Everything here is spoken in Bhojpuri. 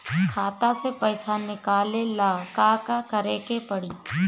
खाता से पैसा निकाले ला का का करे के पड़ी?